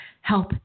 help